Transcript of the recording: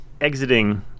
exiting